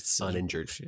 uninjured